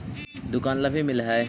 दुकान ला भी मिलहै?